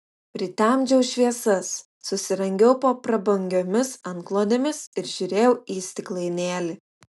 pritemdžiau šviesas susirangiau po prabangiomis antklodėmis ir žiūrėjau į stiklainėlį